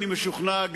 אני משוכנע,